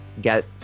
get